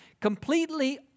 completely